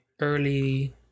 early